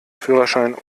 führerschein